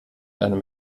einem